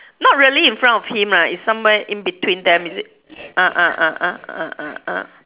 not really in front of him lah is somewhere in between them is it ah ah ah ah ah ah ah